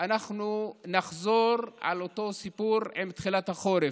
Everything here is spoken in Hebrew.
אנחנו נחזור על אותו סיפור עם תחילת החורף.